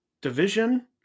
division